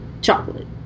chocolate